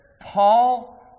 Paul